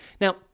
now